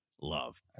love